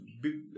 big